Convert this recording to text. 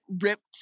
ripped